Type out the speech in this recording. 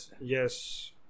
Yes